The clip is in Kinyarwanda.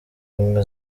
ubumwe